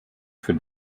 für